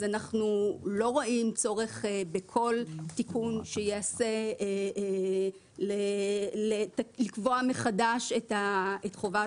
אז אנחנו לא רואים צורך בכל תיקון שייעשה לקבוע מחדש את חובת